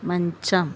మంచం